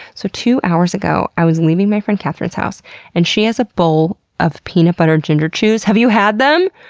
so two hours ago, i was leaving my friend catherine's house and she has a bowl of peanut butter ginger chews. have you had them?